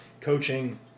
coaching